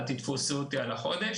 ואל תתפסו אותי על החודש.